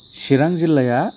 चिरां जिल्लाया